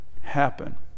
happen